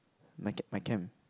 my my camp